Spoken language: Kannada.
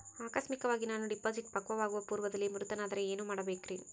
ಆಕಸ್ಮಿಕವಾಗಿ ನಾನು ಡಿಪಾಸಿಟ್ ಪಕ್ವವಾಗುವ ಪೂರ್ವದಲ್ಲಿಯೇ ಮೃತನಾದರೆ ಏನು ಮಾಡಬೇಕ್ರಿ?